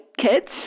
kids